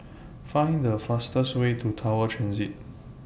Find The fastest Way to Tower Transit